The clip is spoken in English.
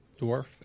dwarf